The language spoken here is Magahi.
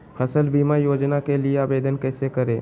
फसल बीमा योजना के लिए आवेदन कैसे करें?